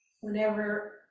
Whenever